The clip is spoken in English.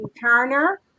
Turner